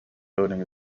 building